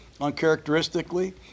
uncharacteristically